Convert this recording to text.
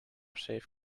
safe